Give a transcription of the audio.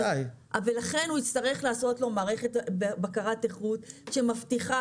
לכן הוא יצטרך לעשות לו מערכת בקרת איכות שמבטיחה